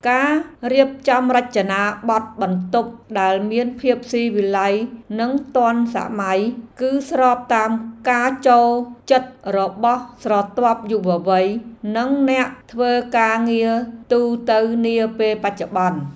ការរៀបចំរចនាបទបន្ទប់ដែលមានភាពស៊ីវិល័យនិងទាន់សម័យ គឺស្របតាមការចូលចិត្តរបស់ស្រទាប់យុវវ័យនិងអ្នកធ្វើការងារទូទៅនាពេលបច្ចុប្បន្ន។